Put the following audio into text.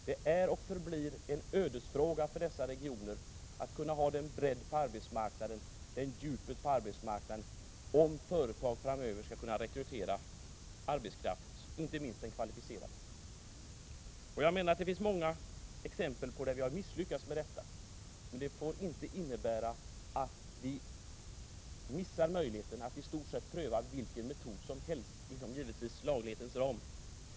Det är och förblir en ödesfråga för dessa regioner om de kan ha den bredden och det djupet på arbetsmarknaden att företag där framöver skall kunna rekrytera arbetskraft, inte minst kvalificerad sådan. Jag menar att det finns många exempel på att vi har misslyckats med detta. Det får inte medföra att vi missar möjligheten att pröva i stort sett vilken metod som helst, givetvis inom laglighetens ram.